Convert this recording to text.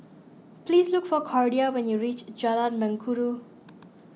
please look for Cordia when you reach Jalan Mengkudu